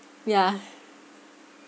yeah